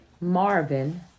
Marvin